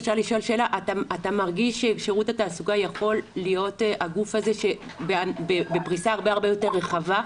אתה מרגיש ששירות התעסוקה יכול להיות הגוף הזה שבפרישה הרבה יותר רחבה,